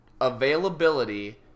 availability